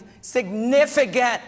significant